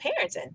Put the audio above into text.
parenting